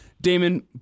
Damon